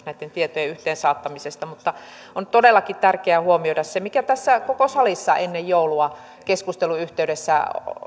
näitten tietojen yhteensaattamisesta mutta on todellakin tärkeää huomioida se mikä tässä koko salissa ennen joulua keskustelun yhteydessä